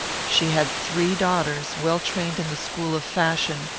she had three daughters, well trained in the school of fashion,